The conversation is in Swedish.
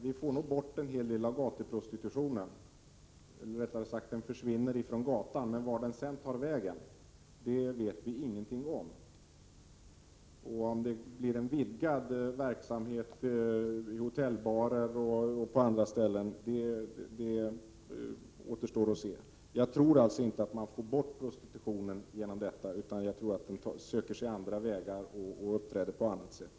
Vi får nog bort en hel del gatuprostitution — eller rättare sagt, den försvinner från gatan — men vart den tar vägen vet vi ingenting om. Om det blir en vidgad verksamhet i hotellbarer och på andra ställen, återstår att se. Jag tror alltså inte att man får bort prostitutionen genom detta, utan jag tror att den söker sig andra vägar och uppträder på annat sätt.